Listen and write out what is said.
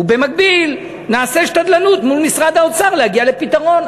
ובמקביל נעשה שתדלנות מול משרד האוצר להגיע לפתרון,